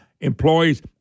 employees